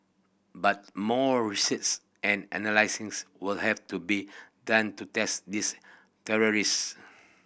but more research and analysis would have to be done to test these theories